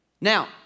Now